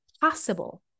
possible